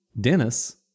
Dennis